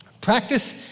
Practice